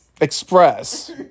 Express